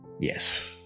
Yes